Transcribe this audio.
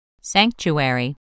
SANCTUARY